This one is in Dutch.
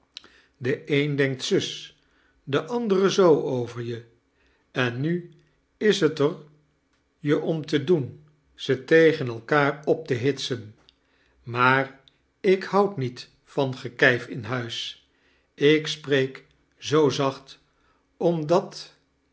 de een denkt zus de andere zoo over je en nu is t er je om te doen ze tegen elkaar op te hitsen maar ik houd niet van gekijf in huis ik spreek zoo zacht omdat